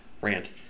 rant